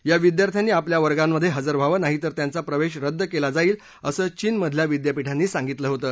या विद्यार्थ्यांनी आपल्या वर्गमध्ये हजर व्हावं नाहीतर त्यांचा प्रवेश रद्द करण्यात येईल असं चीनमधल्या विद्यापीठांनी सांगितलं होतं